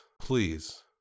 please